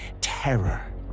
terror